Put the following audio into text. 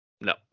No